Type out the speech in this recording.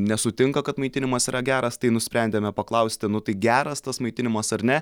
nesutinka kad maitinimas yra geras tai nusprendėme paklausti nu tai geras tas maitinimas ar ne